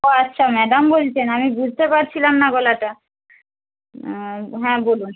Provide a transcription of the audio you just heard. ও আচ্ছা ম্যাডাম বলছেন আমি বুঝতে পারছিলামনা গলাটা হ্যাঁ বলুন